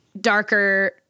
darker